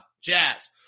Jazz